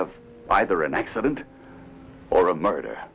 of either an accident or a murder